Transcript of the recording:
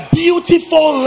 beautiful